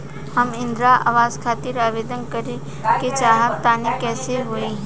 हम इंद्रा आवास खातिर आवेदन करे क चाहऽ तनि कइसे होई?